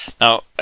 Now